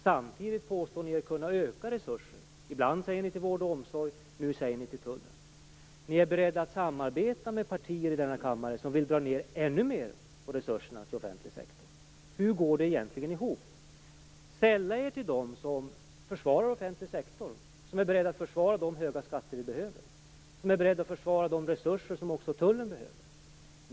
Samtidigt påstår de sig kunna öka resurserna - ibland gäller det resurserna till vården och omsorgen, nu gäller det tullen. De är beredda att samarbeta med partier i denna kammare som vill dra ned ännu mer på resurserna till den offentliga sektorn. Hur går det egentligen ihop? Sälla er i stället till dem som försvarar den offentliga sektorn, som är beredda att försvara de höga skatter vi behöver, som är beredda att försvara de resurser som också tullen behöver.